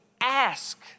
ask